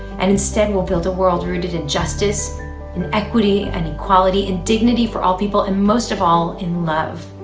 and instead we'll build a world rooted in justice and equity and equality and dignity for all people and most of all, in love.